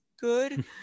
good